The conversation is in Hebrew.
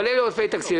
אבל אלה עודפי תקציב.